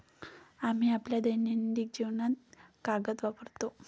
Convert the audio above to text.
आम्ही आपल्या दैनंदिन जीवनात कागद वापरतो